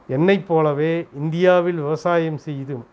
என்னைப் போலவே இந்தியாவில் விவசாயம் செய்தும்